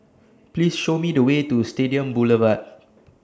Please Show Me The Way to Stadium Boulevard